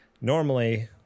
Normally